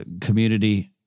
community